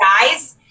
guys